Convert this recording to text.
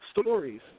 stories